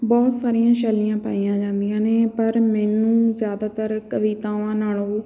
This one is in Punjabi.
ਬਹੁਤ ਸਾਰਿਆਂ ਸ਼ੈਲੀਆਂ ਪਾਈਆਂ ਜਾਂਦੀਆਂ ਨੇ ਪਰ ਮੈਨੂੰ ਜ਼ਿਆਦਾਤਰ ਕਵਿਤਾਵਾਂ ਨਾਲੋਂ